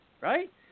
right